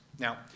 Now